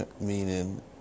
meaning